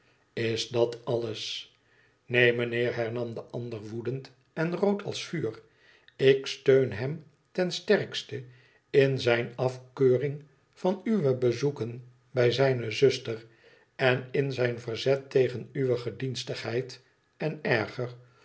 is dat alles ineen mijnheer hernam de ander woedend en rood als vuur ik steun hem ten sterkste in zijn afkeuring van uwe bezoeken bij zijne zuster en in zijn verzet tegen uwe gedienstigheid en erger